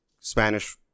Spanish